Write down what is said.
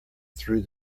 through